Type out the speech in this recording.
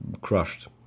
crushed